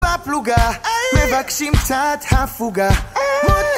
בפלוגה, מבקשים קצת הפוגה, מותק